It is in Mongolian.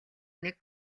нэг